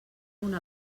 una